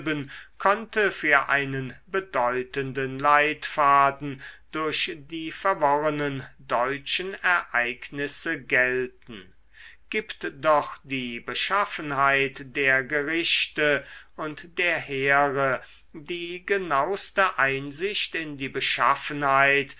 konnte für einen bedeutenden leitfaden durch die verworrenen deutschen ereignisse gelten gibt doch die beschaffenheit der gerichte und der heere die genauste einsicht in die beschaffenheit